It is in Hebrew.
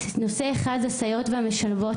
נושא אחד זה הסייעות והמשלבות.